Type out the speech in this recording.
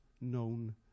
known